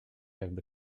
jakby